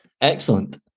Excellent